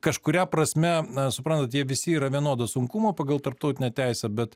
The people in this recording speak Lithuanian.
kažkuria prasme na suprantat jie visi yra vienodo sunkumo pagal tarptautinę teisę bet